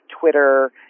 Twitter